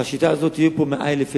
בשיטה הזאת יהיו פה 100,000 ילדים,